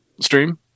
stream